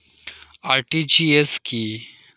RTGS কি?